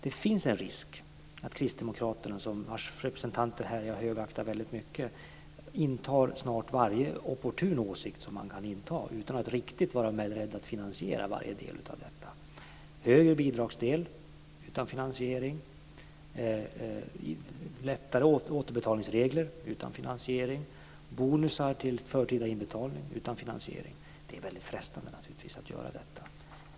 Det finns en risk att kristdemokraterna - vars representanter här jag högaktar mycket - intar snart sagt varje opportun åsikt man kan inta utan att riktigt vara beredda att finansiera varje del av detta. Högre bidragsdel - utan finansiering. Lättare återbetalningsregler - utan finansiering. Bonusar till förtida inbetalning - utan finansiering. Det är naturligtvis frestande att göra detta.